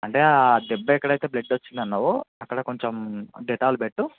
అంటే ఆ దెబ్బ ఎక్కడ అయితే బ్లడ్ వచ్చింది అన్నావో అక్కడ కొంచెం డెటాల్ పెట్టు